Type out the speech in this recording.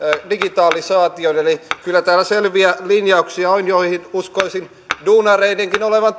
digitalisaatioon eli kyllä täällä selviä linjauksia on joihin uskoisin duunareidenkin olevan